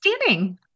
Standing